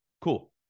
cool